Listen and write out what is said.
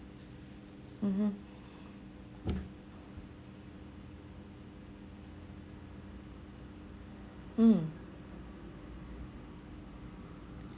mmhmm mm